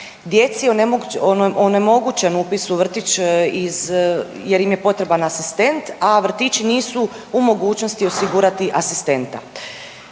Djeci je onemogućen upis u vrtić iz jer im je potreban asistent, a vrtići nisu u mogućnosti osigurati asistenta.